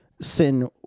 sin